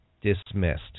dismissed